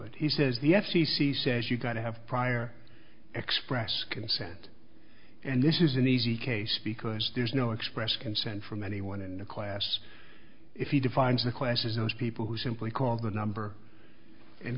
it he says the f c c says you've got to have prior express consent and this is an easy case because there's no express consent from anyone in the class if he defines the classes those people who simply call the number and